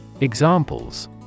Examples